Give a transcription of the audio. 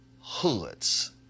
hoods